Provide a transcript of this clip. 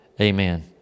Amen